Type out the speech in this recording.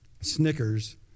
Snickers